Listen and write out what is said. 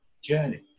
journey